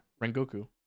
Rengoku